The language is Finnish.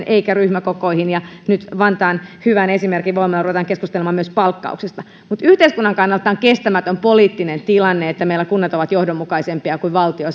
eikä ryhmäkokoihin ja nyt vantaan hyvän esimerkin voimalla ruvetaan keskustelemaan myös palkkauksesta mutta yhteiskunnan kannalta tämä on kestämätön poliittinen tilanne että meillä kunnat ovat johdonmukaisempia kuin valtio